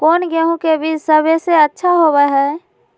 कौन गेंहू के बीज सबेसे अच्छा होबो हाय?